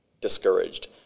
discouraged